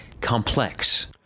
complex